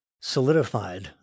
solidified